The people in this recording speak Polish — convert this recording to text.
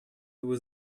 były